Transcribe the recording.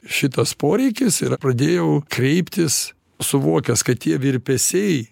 šitas poreikis ir pradėjau kreiptis suvokęs kad tie virpesiai